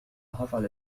هطل